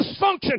dysfunction